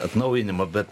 atnaujinimą bet